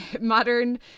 modern